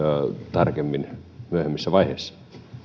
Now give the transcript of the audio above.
tarkemmin myöhemmissä vaiheissa